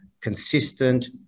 consistent